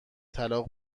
طلاق